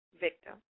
victim